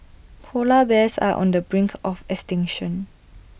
Polar Bears are on the brink of extinction